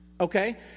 Okay